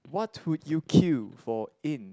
what would you queue for in